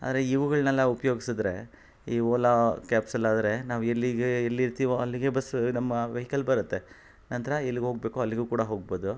ಆದರೆ ಇವುಗಳನ್ನೆಲ್ಲ ಉಪಯೋಗ್ಸದ್ರೆ ಈ ಓಲಾ ಕ್ಯಾಬ್ಸಲ್ಲಾದರೆ ನಾವು ಎಲ್ಲಿಗೆ ಎಲ್ಲಿರ್ತಿವೋ ಅಲ್ಲಿಗೆ ಬಸ್ ನಮ್ಮ ವೆಹಿಕಲ್ ಬರುತ್ತೆ ನಂತರ ಎಲ್ಲಿಗೋಗ್ಬೇಕು ಅಲ್ಲಿಗೂ ಕೂಡ ಹೋಗ್ಬೊದು